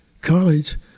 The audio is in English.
college